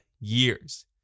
years